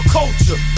culture